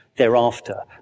thereafter